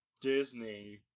disney